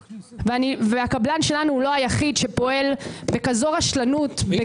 הקבלן שלנו הוא לא היחיד שפועל בכזו רשלנות.